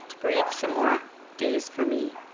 breathe some more days for me,